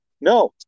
no